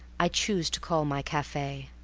i choose to call my cafe